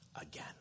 again